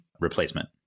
replacement